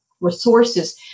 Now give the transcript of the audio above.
resources